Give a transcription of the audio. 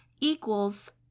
equals